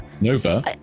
nova